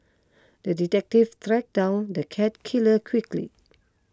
the detective track down the cat killer quickly